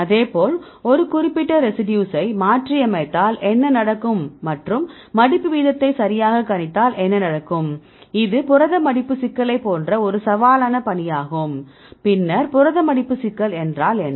அதே போல் ஒரு குறிப்பிட்ட ரெசிடியூசை மாற்றியமைத்தால் என்ன நடக்கும் மற்றும் மடிப்பு வீதத்தை சரியாக கணித்தால் என்ன நடக்கும் இது புரத மடிப்பு சிக்கலைப் போன்ற ஒரு சவாலான பணியாகும் பின்னர் புரத மடிப்பு சிக்கல் என்றால் என்ன